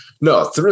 No